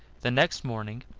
the next morning,